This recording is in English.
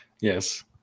yes